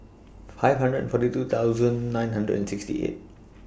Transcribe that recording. five hundred and forty two thousand nine hundred and sixty eight